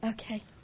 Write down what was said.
Okay